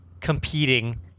competing